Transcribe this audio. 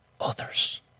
others